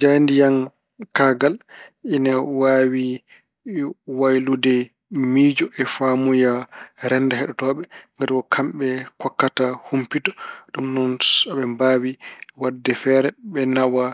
Jaayndiyankaagal ene waawi waylude miijo e faamuya renndo heɗotooɓe. Ngati ko kaɓɓe ndokkata humpito. Ɗum noon aɓe waɗde feere, ɓe nawa